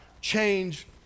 change